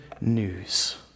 news